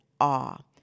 awe